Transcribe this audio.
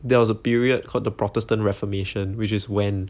there was a period called the protestant reformation which is when